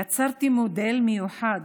יצרתי מודל מיוחד